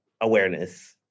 awareness